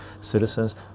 citizens